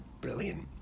Brilliant